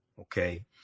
okay